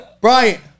Brian